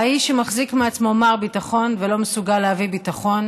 האיש שמחזיק מעצמו מר ביטחון ולא מסוגל להביא ביטחון